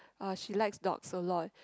uh she likes dogs a lot